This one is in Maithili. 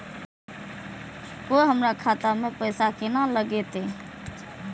कोय हमरा खाता में पैसा केना लगते?